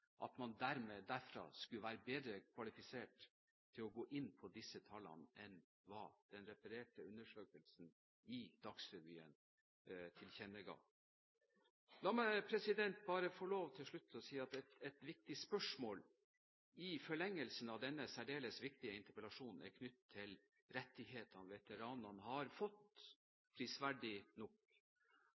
at man derfra skulle være bedre kvalifisert til å gå inn på disse tallene enn hva den refererte undersøkelsen i Dagsrevyen tilkjennega. Et viktig spørsmål i forlengelsen av denne særdeles viktige interpellasjonen er knyttet til rettighetene som veteranene prisverdig nok har fått.